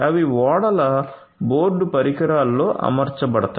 అవి ఓడల బోర్డు పరికరాల్లో అమర్చబడతాయి